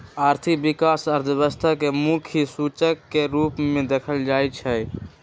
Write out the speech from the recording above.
आर्थिक विकास अर्थव्यवस्था के मुख्य सूचक के रूप में देखल जाइ छइ